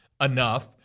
enough